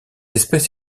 espèce